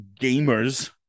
gamers